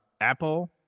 Apple